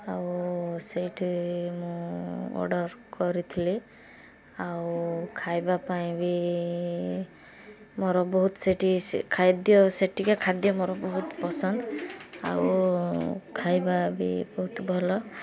ଆଉ ସେଇଠି ମୁଁ ଅର୍ଡ଼ର୍ କରିଥିଲି ଆଉ ଖାଇବାପାଇଁ ବି ମୋର ବହୁତ ସେଠି ଖାଦ୍ୟ ସେଠିକା ଖାଦ୍ୟ ମୋର ବହୁତ ପସନ୍ଦ ଆଉ ଖାଇବା ବି ବହୁତ ଭଲ